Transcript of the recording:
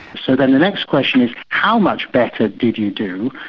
so then the next question is, how much better did you do?